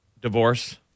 divorce